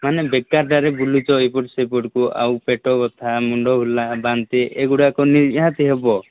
ମାନେ ବେକାରଟାରେ ବୁଲୁଛ ଇଏ କରୁଛ ସେପଟକୁ ଆଉ ପେଟ ବଥା ମୁଣ୍ଡ ବୁଲା ବାନ୍ତି ଏଗୁଡ଼ାକ ନିହାତି ହେବ